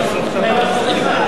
מס הכנסה.